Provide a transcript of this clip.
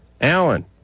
Alan